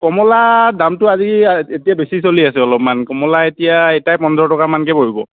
কমলা দামটো আজি এতিয়া বেছি চলি আছে অলপমান কমলা এতিয়া এটাই পোন্ধৰ টকা মানকৈ পৰিব